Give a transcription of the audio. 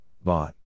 bought